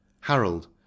harold